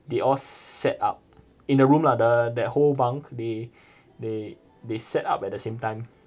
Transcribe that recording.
they all sat up in the room lah the that whole bunk they they they sat up at the same time